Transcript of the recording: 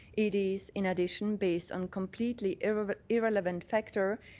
it is in addition based on completely irrelevant irrelevant factor,